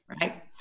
right